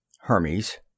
Hermes